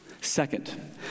Second